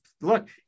look